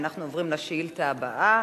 אנחנו עוברים לשאילתא הבאה.